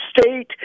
state